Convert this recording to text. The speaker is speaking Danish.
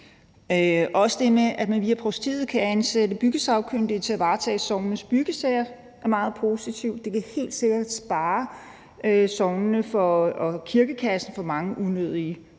Også det med, at man via provstiet kan ansætte byggesagkyndige til at varetage sognenes byggesager, er meget positivt; det vil helt sikkert spare sognene og kirkekassen for mange unødige